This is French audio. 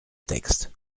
texte